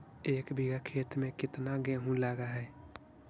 एक बिघा खेत में केतना गेहूं लग है?